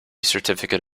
certificate